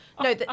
no